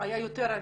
היה יותר אמיץ.